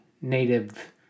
native